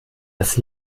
dass